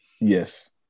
yes